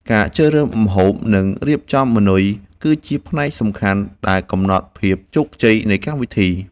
ការជ្រើសរើសម្ហូប និងរៀបចំម៉ឺនុយគឺជាផ្នែកសំខាន់ដែលកំណត់ភាពជោគជ័យនៃកម្មវិធី។